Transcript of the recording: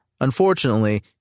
Unfortunately